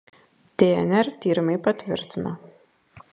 dnr tyrimai patvirtino